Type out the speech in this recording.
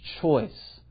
choice